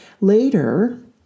Later